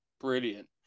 Brilliant